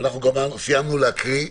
סיימנו להקריא,